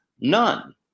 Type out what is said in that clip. None